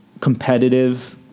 competitive